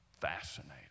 Fascinating